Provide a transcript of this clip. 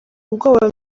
ubwoba